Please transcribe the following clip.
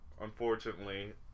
unfortunately